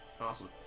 Awesome